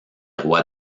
rois